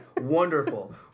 Wonderful